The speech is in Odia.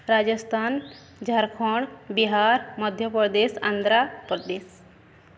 ରାଜସ୍ଥାନ ଝାଡ଼ଖଣ୍ଡ ବିହାର ମଧ୍ୟପ୍ରଦେଶ ଆନ୍ଧ୍ରାପ୍ରଦେଶ